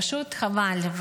פשוט חבל.